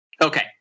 Okay